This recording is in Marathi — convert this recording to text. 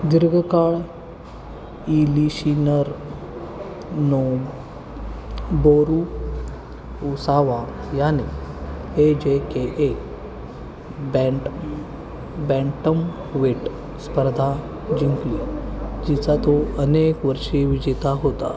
दीर्घकाळ ईलिशिनर नो बोरू उसावा याने ए जे के ए बँट बँटमवेट स्पर्धा जिंकली जिचा तो अनेक वर्षी विजेता होता